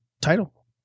title